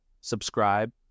subscribe